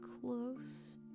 close